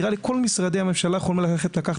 נראה לי שכל משרדי הממשלה יכולים לקחת